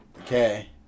okay